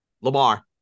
Lamar